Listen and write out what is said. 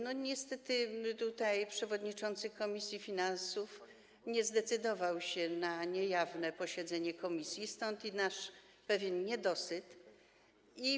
Niestety przewodniczący komisji finansów nie zdecydował się na niejawne posiedzenie komisji, stąd nasz pewien niedosyt.